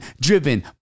Driven